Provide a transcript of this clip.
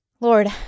Lord